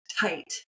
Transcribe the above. tight